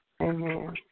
Amen